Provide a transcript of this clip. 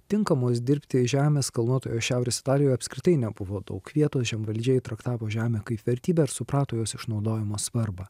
tinkamos dirbti žemės kalnuotoje šiaurės italijoje apskritai nebuvo daug vietos žemvaldžiai traktavo žemę kaip vertybę ir suprato jos išnaudojimo svarbą